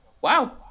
wow